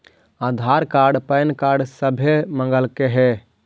आधार card PAN card सभे मगलके हे?